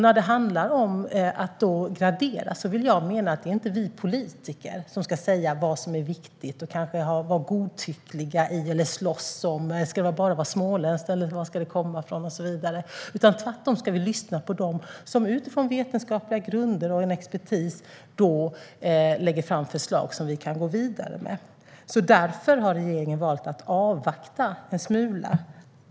När det handlar om att gradera är det inte vi politiker som ska säga vad som är viktigt och kanske vara godtyckliga och slåss för att det bara ska vara småländskt eller var det nu ska komma ifrån och så vidare. Tvärtom ska vi lyssna på dem som utifrån vetenskapliga grunder och expertis lägger fram förslag som vi kan gå vidare med. Därför har regeringen valt att avvakta en smula.